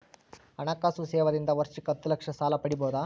ಹಣಕಾಸು ಸೇವಾ ದಿಂದ ವರ್ಷಕ್ಕ ಹತ್ತ ಲಕ್ಷ ಸಾಲ ಪಡಿಬೋದ?